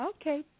Okay